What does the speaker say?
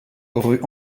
rue